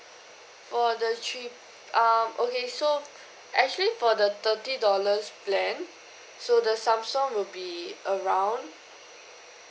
for the three err okay so actually for the thirty dollars plan so the samsung would be around